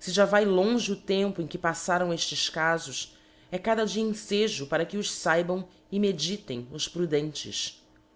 se já vae longe o tempo em que paflaram eftes cafos é cada dia enfejo para que os faibam e meditem